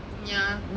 ya